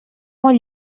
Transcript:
molt